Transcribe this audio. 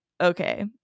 okay